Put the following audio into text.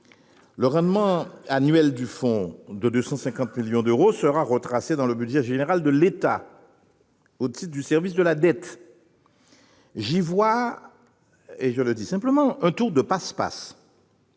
le rendement annuel du fonds de 250 millions d'euros sera retracé dans le budget général de l'État au titre du service de la dette. J'y vois tout simplement un tour de passe-passe.